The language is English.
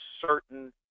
certain